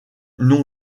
non